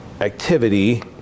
activity